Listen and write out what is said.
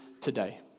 today